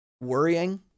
worrying